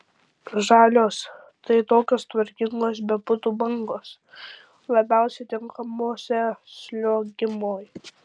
žalios tai tokios tvarkingos be putų bangos labiausiai tinkamuose sliuogimui